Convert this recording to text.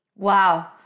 Wow